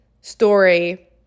story